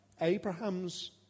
Abraham's